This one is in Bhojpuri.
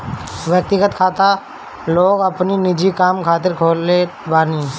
व्यक्तिगत खाता लोग अपनी निजी काम खातिर खोलत बाने